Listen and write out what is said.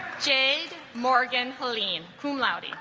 jade morgan helene cum laude